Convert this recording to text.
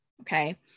Okay